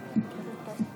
שנים.